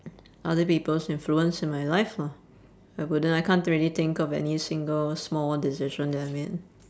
other people's influence in my life lah I wouldn't I can't really think of any single small decision that I made